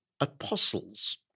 apostles